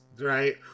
right